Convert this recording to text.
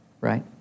right